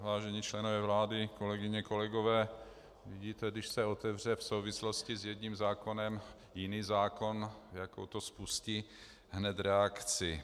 Vážení členové vlády, kolegyně, kolegové, vidíte, když se otevře v souvislosti s jedním zákonem jiný zákon, jakou to spustí hned reakci.